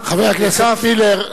חבר הכנסת מילר,